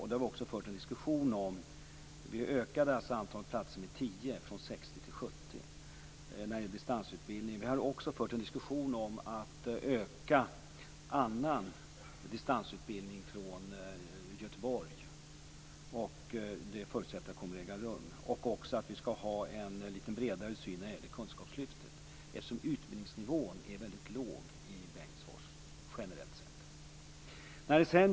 När det sedan gäller frågan om utbildning ökade vi antalet platser med 10, från 60 till 70 i fråga om distansutbildningen. Vi har också fört en diskussion om att utöka annan distansutbildning från Göteborg. Det förutsätter jag kommer att äga rum och också att vi skall ha en lite bredare syn på kunskapslyftet, eftersom utbildningsnivån är mycket låg i Bengtsfors generellt sett.